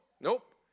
nope